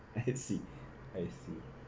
I see I see